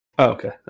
okay